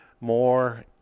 more